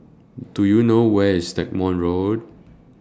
Do YOU know Where IS Stagmont Road